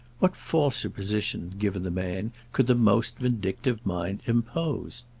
what falser position given the man could the most vindictive mind impose?